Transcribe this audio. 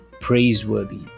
praiseworthy